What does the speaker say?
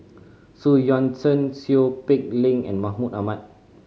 Xu Yuan Zhen Seow Peck Leng and Mahmud Ahmad